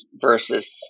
versus